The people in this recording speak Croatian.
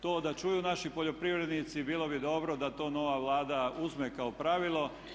To da čuju naši poljoprivrednici bilo bi dobro da to nova Vlada uzme kao pravilo.